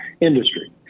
industry